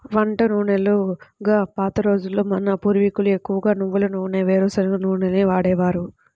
వంట నూనెలుగా పాత రోజుల్లో మన పూర్వీకులు ఎక్కువగా నువ్వుల నూనె, వేరుశనగ నూనెలనే వాడేవారు